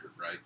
right